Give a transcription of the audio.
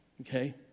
okay